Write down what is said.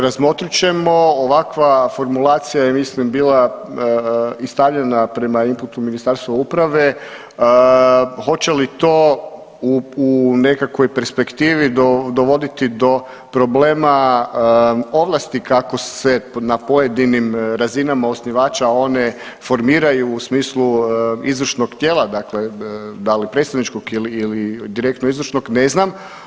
Razmotrit ćemo, ovakva formulacija je mislim bila i stavljena prema imputu Ministarstva uprave hoće li to u nekakvoj perspektivi dovoditi do problema ovlasti kako se na pojedinim razinama osnivača one formiraju u smislu izvršnog tijela, dakle da li predstavničkog ili direktno izvršnog ne znam.